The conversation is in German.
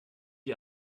die